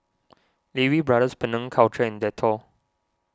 Lee Wee Brothers Penang Culture and Dettol